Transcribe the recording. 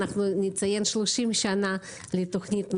נציין 30 שנה לתוכנית נעל"ה,